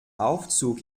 aufzug